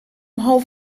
half